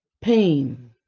pain